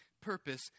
purpose